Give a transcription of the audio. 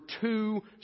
two